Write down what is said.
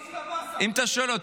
נאור, אם אתה שואל אותי,